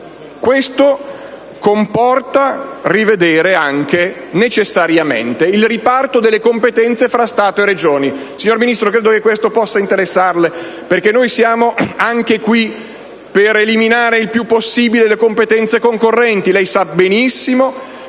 necessità di rivedere anche il riparto delle competenze tra Stato e Regioni. Signor Ministro, credo che questo possa interessarle, perché noi siamo per eliminare il più possibile le competenze concorrenti.